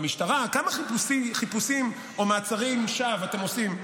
במשטרה, כמה חיפושים או מעצרי שווא אתם עושים?